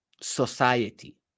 society